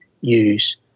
use